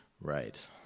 Right